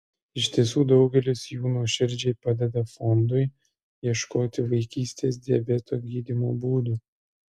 iš tiesų daugelis jų nuoširdžiai padeda fondui ieškoti vaikystės diabeto gydymo būdų